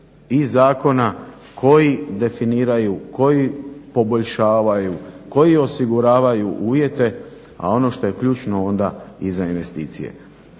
i zakona koji definiraju, koji poboljšavaju, koji osiguravaju uvjete, a ono što je ključno onda i za investicije.